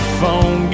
phone